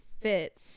fit